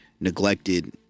neglected